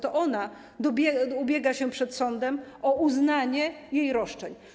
To ona ubiega się przed sądem o uznanie jej roszczeń.